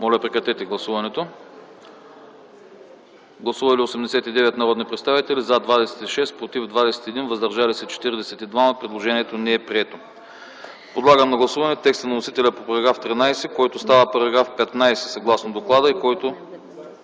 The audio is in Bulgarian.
комисията не подкрепя. Гласували 89 народни представители: за 26, против 21, въздържали се 42. Предложението не е прието. Подлагам на гласуване текста на вносителя по § 13, който става § 15 съгласно доклада и който